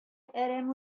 әрәм